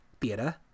Theater